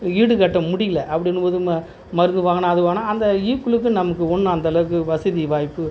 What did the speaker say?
ஈடுகட்ட முடியல அப்படின்னும் போது மருந்து வாங்கணும் அது வாங்கணும் அந்த ஈக்குவலுக்கு நமக்கு ஒன்றும் அந்தளவுக்கு வசதி வாய்ப்பு